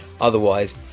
otherwise